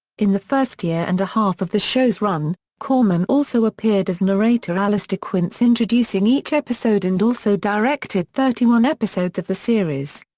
in the first year and a half of the show's run, korman also appeared as narrator alastair quince introducing each episode and also directed thirty one episodes of the series.